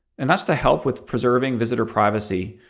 and that's to help with preserving visitor privacy.